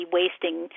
wasting